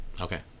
Okay